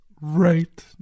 right